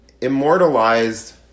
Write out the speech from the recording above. immortalized